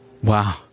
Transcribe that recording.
wow